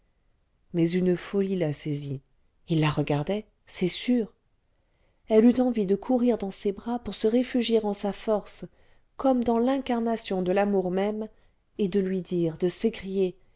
mais une folie la saisit il la regardait c'est sûr elle eut envie de courir dans ses bras pour se réfugier en sa force comme dans l'incarnation de l'amour même et de lui dire de s'écrier